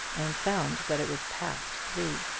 and found that it was past three.